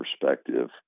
perspective